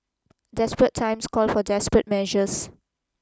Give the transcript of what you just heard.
desperate times call for desperate measures